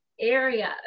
area